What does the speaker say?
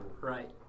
right